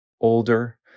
older